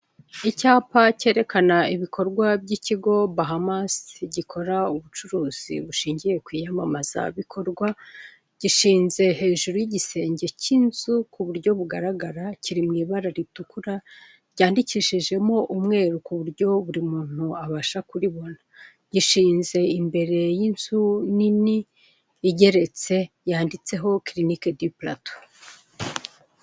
Icyapa cyerekana ibikorwa by'ikigo bahamasi, gikora ubucuruzi bushingiye ku iyamamazabikorwa, gishinze hejuru y'igisenge cy'inzu ku buryo bugaragara, kiri mu ibara ritukura ryandikishijemo umweru ku buryo buri muntu abasha kuribona, gishinze imbere y'inzu nini igeretse yanditseho kilinike di purato.